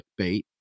clickbait